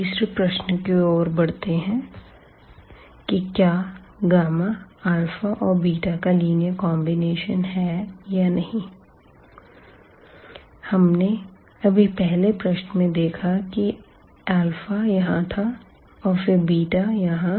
तीसरे प्रश्न की ओर बढ़ते हैं कि क्या β का लीनियर कॉन्बिनेशन है या नहीं हमने अभी पहले प्रश्न में देखा कि यहाँ था और फिर β यहां